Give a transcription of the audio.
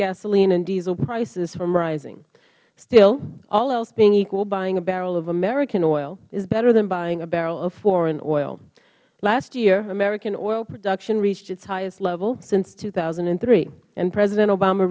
gasoline and diesel prices from rising still all else being equal buying a barrel of american oil is better than buying a barrel of foreign oil last year american oil production reached its highest level since two thousand and three and president